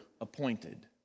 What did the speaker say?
appointed